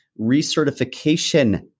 recertification